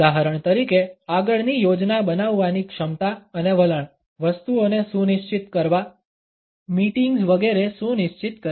ઉદાહરણ તરીકે આગળની યોજના બનાવવાની ક્ષમતા અને વલણ વસ્તુઓને સુનિશ્ચિત કરવા મીટિંગ્સ વગેરે સુનિશ્ચિત કરવા